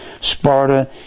Sparta